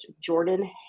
Jordan